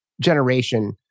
generation